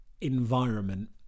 environment